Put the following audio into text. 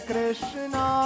Krishna